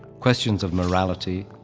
questions of morality,